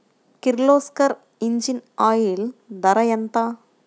Kirloskar engine oil ధర ఎంత?